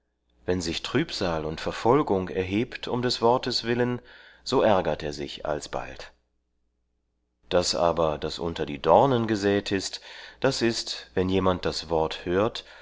wenn sich trübsal und verfolgung erhebt um des wortes willen so ärgert er sich alsbald das aber unter die dornen gesät ist das ist wenn jemand das wort hört